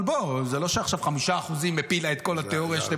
אבל זה לא שעכשיו 5% הפילו את כל התיאוריה שאתם